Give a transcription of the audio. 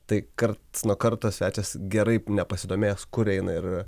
tai karts nuo karto svečias gerai nepasidomėjęs kur eina ir